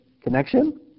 connection